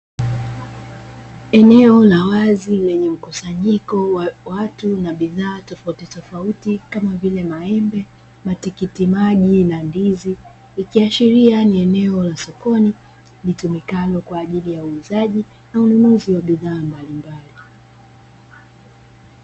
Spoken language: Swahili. Eneo la wazi lenye mkusanyiko wa watu na bidhaa tofautitofauti kama vile maembe, matikiti maji na ndizi ikiashiria ni eneo la sokoni litumikalo kwa ajili ya uuzaji au ununuzi na bidhaa mbalimbali.